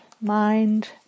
mind